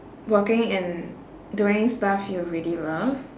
working and doing stuff you really love